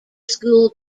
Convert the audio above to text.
school